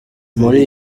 muri